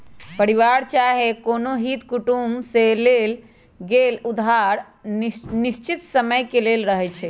परिवार चाहे कोनो हित कुटुम से लेल गेल उधार अनिश्चित समय के लेल रहै छइ